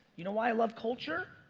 you know why i love culture?